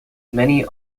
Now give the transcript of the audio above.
many